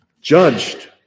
judged